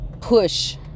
push